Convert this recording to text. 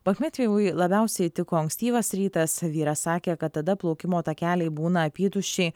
bachmetjevui labiausiai tiko ankstyvas rytas vyras sakė kad tada plaukimo takeliai būna apytuščiai